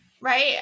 Right